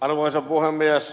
arvoisa puhemies